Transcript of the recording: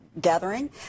gathering